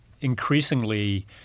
increasingly